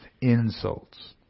insults